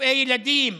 רופאי ילדים,